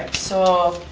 so,